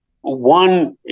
One